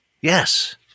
yes